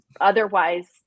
otherwise